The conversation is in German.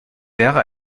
wäre